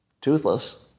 toothless